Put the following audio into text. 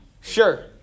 Sure